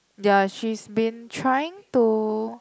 ya she's been trying to